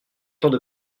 temps